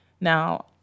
Now